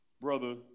Brother